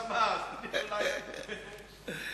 מיכאל איתן ביקש הקבלות.